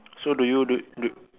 so do you do you